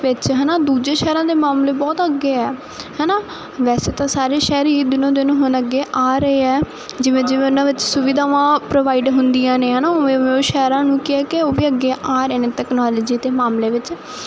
ਵਿੱਚ ਹੈ ਨਾ ਦੂਜੇ ਸ਼ਹਿਰਾਂ ਦੇ ਮਾਮਲੇ ਬਹੁਤ ਅੱਗੇ ਆ ਹੈ ਨਾ ਵੈਸੇ ਤਾਂ ਸਾਰੇ ਸ਼ਹਿਰ ਹੀ ਦਿਨੋ ਦਿਨ ਹੁਣ ਅੱਗੇ ਆ ਰਹੇ ਆ ਜਿਵੇਂ ਜਿਵੇਂ ਉਹਨਾਂ ਵਿੱਚ ਸੁਵਿਧਾਵਾਂ ਪ੍ਰੋਵਾਈਡ ਹੁੰਦੀਆਂ ਨੇ ਹੈ ਨਾ ਉਵੇਂ ਉਵੇਂ ਸ਼ਹਿਰਾਂ ਨੂੰ ਕੀ ਹੈ ਕਿ ਉਹ ਵੀ ਅੱਗੇ ਆ ਰਹੇ ਨੇ ਅਤੇ ਤੈਕਨੋਲੋਜੀ ਦੇ ਮਾਮਲੇ ਵਿੱਚ